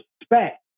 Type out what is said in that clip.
respect